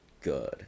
good